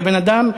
בן-אדם,